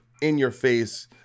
in-your-face